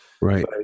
Right